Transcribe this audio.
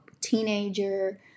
teenager